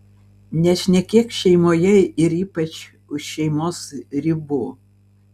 nešnekėk šeimoje ir ypač už šeimos ribų